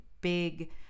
big